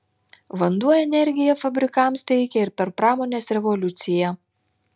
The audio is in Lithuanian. vanduo energiją fabrikams teikė ir per pramonės revoliuciją